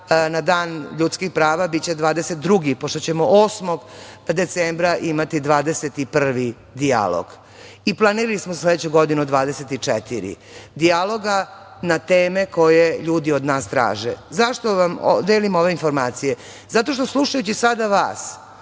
na dan ljudskih prava biće 22, pošto ćemo 8. decembra imati 21 dijalog. Planirali smo sledeću godinu 24 dijaloga na teme koje ljudi od nas traže.Zašto delim ove informacije? Zato što slušajući sada vas